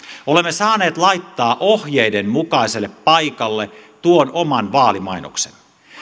olemme saaneet laittaa ohjeiden mukaiselle paikalle tuon oman vaalimainoksen